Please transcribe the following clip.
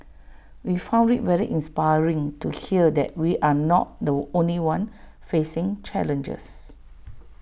we found IT very inspiring to hear that we are not the only one facing challenges